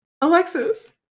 Alexis